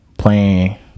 playing